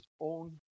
own